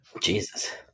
Jesus